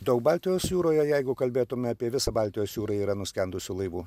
daug baltijos jūroje jeigu kalbėtume apie visą baltijos jūrą yra nuskendusių laivų